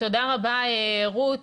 תודה רבה, רות.